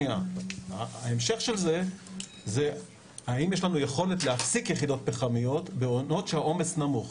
האם יש לנו יכולת להפסיק יחידות פחמיות בעונות שהעומס נמוך?